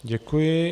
Děkuji.